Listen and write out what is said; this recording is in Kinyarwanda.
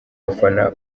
bafana